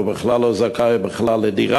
והוא בכלל לא זכאי לדירה.